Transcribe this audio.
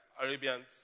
Arabians